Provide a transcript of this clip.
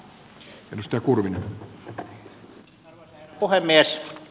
arvoisa herra puhemies